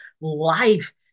life